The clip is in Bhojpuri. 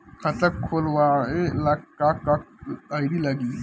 खाता खोलाबे ला का का आइडी लागी?